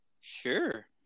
Sure